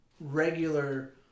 regular